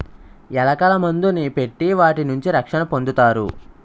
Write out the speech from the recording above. ఎలకల మందుని పెట్టి వాటి నుంచి రక్షణ పొందుతారు